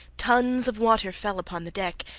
tons of water fell upon the deck,